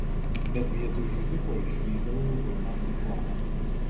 bet vietoj žudiko išvydau raudoną uniformą